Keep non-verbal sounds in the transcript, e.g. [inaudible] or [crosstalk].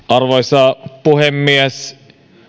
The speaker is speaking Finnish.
[unintelligible] arvoisa puhemies